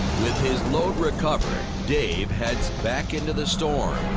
with his load recovered, dave heads back into the storm.